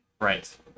right